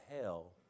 hell